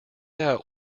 out